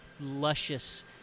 luscious